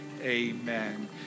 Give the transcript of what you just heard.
amen